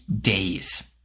days